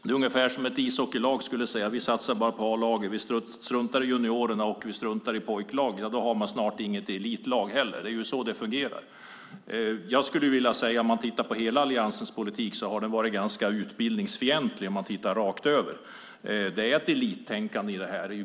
Det är ungefär som om ett ishockeylag skulle säga: Vi satsar bara på A-laget, vi struntar i juniorerna och i pojklagen. Då har man snart inget elitlag heller. Det är ju så det fungerar. Jag skulle vilja säga att om man tittar rakt över på Alliansens hela politik kan man se att den har varit ganska utbildningsfientlig. Det är ett elittänkande.